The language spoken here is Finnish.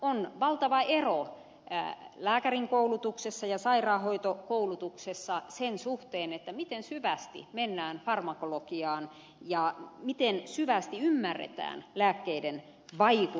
on valtava ero lääkärin koulutuksessa ja sairaanhoitokoulutuksessa sen suhteen miten syvästi mennään farmakologiaan ja miten syvästi ymmärretään lääkkeiden vaikuttamista